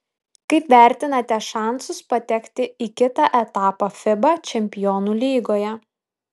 kaip vertinate šansus patekti į kitą etapą fiba čempionų lygoje